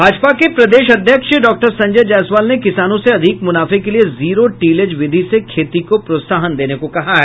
भाजपा के प्रदेश अध्यक्ष डॉक्टर संजय जयसवाल ने किसानों से अधिक मुनाफे के लिए जीरो टीलेज विधि से खेती को प्रोत्साहन देने को कहा है